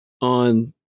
on